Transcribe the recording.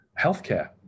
healthcare